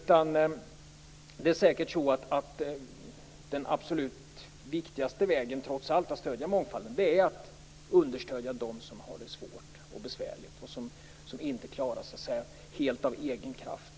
Trots allt är säkert den absolut viktigaste vägen att stödja mångfalden att understödja dem som har det svårt och besvärligt och som inte klarar sig helt av egen kraft.